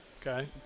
Okay